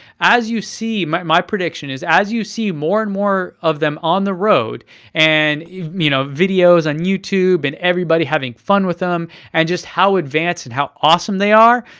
as you see, my prediction is, as you see more and more of them on the road and you know videos and youtube, and everybody having fun with them and just how advanced and how awesome they are,